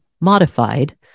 modified